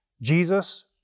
Jesus